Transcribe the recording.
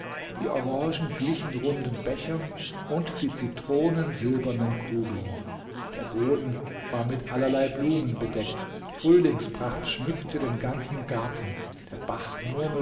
die orangen glichen runden bechern und die zitronen silbernen kugeln der boden war mit allerlei blumen bedeckt frühlingspracht schmückte den ganzen garten der bach murmelte